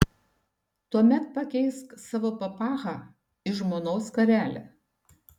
tuomet pakeisk savo papachą į žmonos skarelę